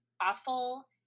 awful